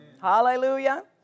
Hallelujah